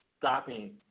stopping